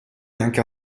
anche